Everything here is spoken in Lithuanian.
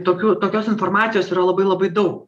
tokių tokios informacijos yra labai labai daug